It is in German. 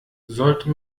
sollte